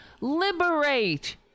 liberate